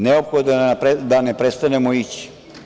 Neophodno je da ne prestanemo ići.